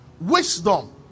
wisdom